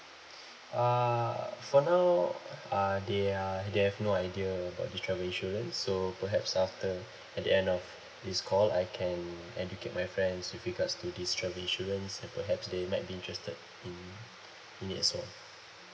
uh for now uh they are they have no idea about the travel insurance so perhaps after at the end of this call I can educate my friends with regards to this travel insurance and perhaps they might be interested in in it as well